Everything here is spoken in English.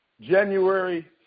January